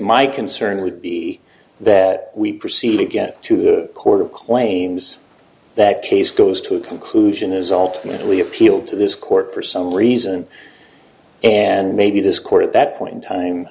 my concern would be that we proceed to get to the court of claims that case goes to a conclusion is ultimately appealed to this court for some reason and maybe this court at that point in time